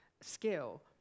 skill